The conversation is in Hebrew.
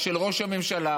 ושל ראש הממשלה,